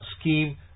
scheme